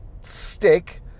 stick